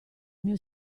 mio